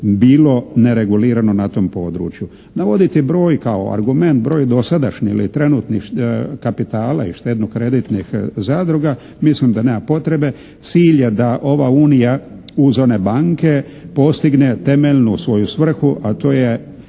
bilo neregulirano na tom području. Navoditi broj kao argument, broj dosadašnji ili trenutni kapitala i štedno-kreditnih zadruga mislim da nema potrebe. Cilj je da ova unija uz one banke postigne temeljnu svoju svrhu a to je